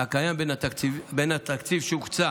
הקיים בין התקציב שהוקצה